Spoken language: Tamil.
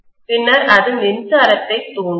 பின்னர் அது மின்சாரத்தைத் தூண்டும்